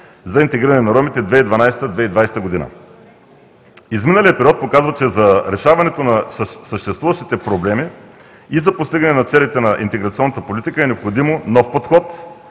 за интегриране на ромите 2012 – 2020 г. Изминалият период показва, че за решаването на съществуващите проблеми и за постигане на целите на интеграционната политика е необходим нов подход,